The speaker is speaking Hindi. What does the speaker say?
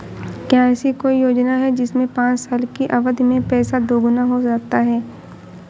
क्या ऐसी कोई योजना है जिसमें पाँच साल की अवधि में पैसा दोगुना हो जाता है?